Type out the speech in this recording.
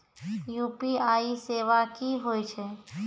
UPI सेवा की होय छै?